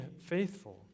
faithful